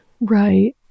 right